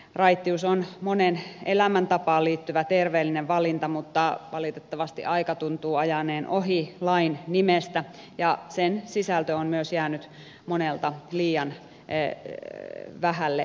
raittius on monen elämäntapaan liittyvä terveellinen valinta mutta valitettavasti aika tuntuu ajaneen ohi lain nimestä ja myös sen sisältö on jäänyt monelta liian vähälle huomiolle